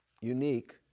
unique